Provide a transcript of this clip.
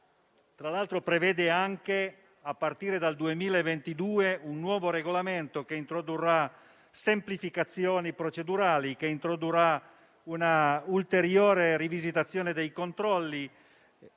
Tra l'altro, prevede anche, a partire dal 2022, un nuovo regolamento che introdurrà semplificazioni procedurali, un'ulteriore rivisitazione dei controlli,